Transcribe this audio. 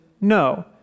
no